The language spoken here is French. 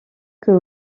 que